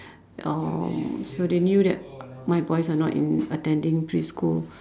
uh so they knew that my boys are not in attending preschool